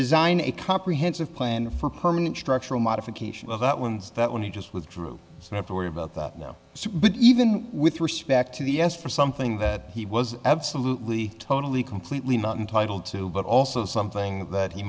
design a comprehensive plan for permanent structural modification of that ones that when you just withdrew and have to worry about that now but even with respect to the us for something that he was absolutely totally completely not entitled to but also something that